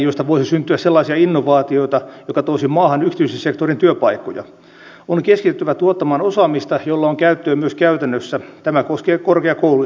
jos viitasammakko menee sinne kalliolle niin siihen ei muuten pora iske sen jälkeen se on sen verran hyvin suojeltu se viitasammakko